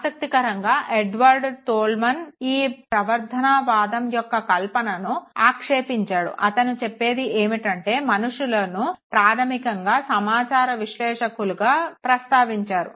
ఆసక్తికరంగా Edward Tolman ఈ behaviourism యొక్క కల్పనలను ఆక్షేపించాడు అతను చెప్పేది ఏమిటంటే మనుషులను ప్రాధమికంగా సామాచార విశ్లేషకులుగా ప్రస్తావించారు